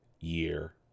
year